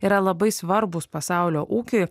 yra labai svarbūs pasaulio ūkiui